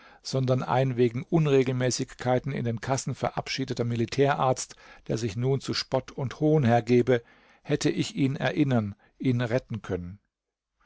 sondern ein wegen unregelmäßigkeiten in den kassen verabschiedeter militärarzt der sich nun zu spott und hohn hergebe hätte ich ihn erinnern ihn retten können